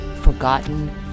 forgotten